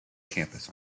campus